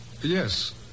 Yes